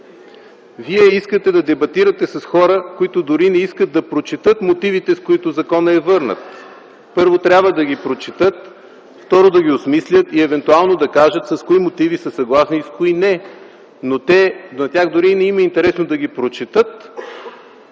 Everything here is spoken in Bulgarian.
Вие искате да дебатирате с хора, които дори не искат да прочетат мотивите, с които законът е върнат. Първо, трябва да ги прочетат. Второ, да ги осмислят и евентуално да кажат с кои мотиви са съгласни, и с кои не. На тях дори не им е интересно да ги прочетат